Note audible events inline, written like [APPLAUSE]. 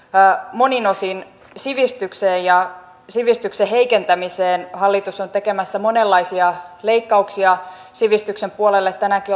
monin osin sivistykseen ja sivistyksen heikentämiseen hallitus on tekemässä monenlaisia leikkauksia sivistyksen puolelle tänäänkin [UNINTELLIGIBLE]